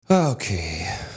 Okay